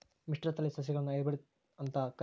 ಮಿಶ್ರತಳಿ ಸಸಿಗುಳ್ನ ಹೈಬ್ರಿಡ್ ಅಂತ ಕರಿತಾರ